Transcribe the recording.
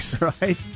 Right